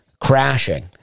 Crashing